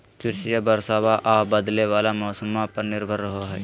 कृषिया बरसाबा आ बदले वाला मौसम्मा पर निर्भर रहो हई